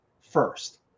first